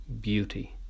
beauty